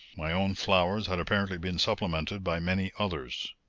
my own flowers had apparently been supplemented by many others.